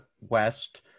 West